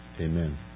Amen